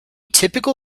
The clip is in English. typical